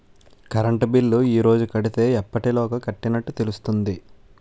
Current bill ఈ రోజు కడితే ఎప్పటిలోగా కట్టినట్టు తెలుస్తుంది?